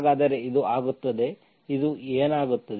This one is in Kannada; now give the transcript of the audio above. ಹಾಗಾದರೆ ಇದು ಆಗುತ್ತದೆ ಇದು ಏನಾಗುತ್ತದೆ